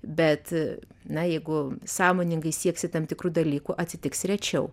bet na jeigu sąmoningai sieksi tam tikrų dalykų atsitiks rečiau